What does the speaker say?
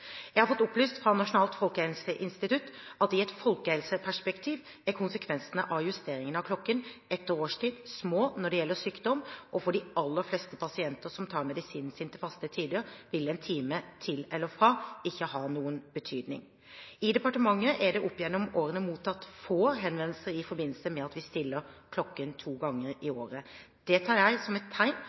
Jeg har fått opplyst fra Nasjonalt folkehelseinstitutt at i et folkehelseperspektiv er konsekvensene av justeringen av klokken etter årstid små når det gjelder sykdom, og for de aller fleste pasienter som tar medisinene sine til faste tider, vil en time til eller fra ikke ha noen betydning. I departementet er det opp gjennom årene mottatt få henvendelser i forbindelse med at vi stiller klokken to ganger i året. Det tar jeg som et tegn